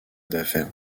d’affaires